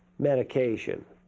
medication